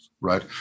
right